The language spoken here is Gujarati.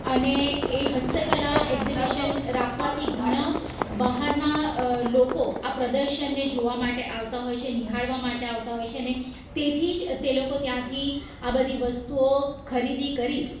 અને એ હસ્તકલા એક્ઝિબિશન રાખવાથી ઘણા બહારના લોકો આ પ્રદર્શનને જોવા માટે આવતા હોય છે નિહાળવા માટે આવતા હોય છે અને તેથી જ તે લોકો ત્યાંથી આ બધી વસ્તુઓ ખરીદી કરી